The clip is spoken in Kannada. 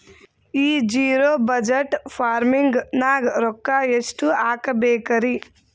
ಈ ಜಿರೊ ಬಜಟ್ ಫಾರ್ಮಿಂಗ್ ನಾಗ್ ರೊಕ್ಕ ಎಷ್ಟು ಹಾಕಬೇಕರಿ?